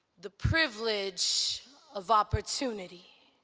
the privilege of opportunity.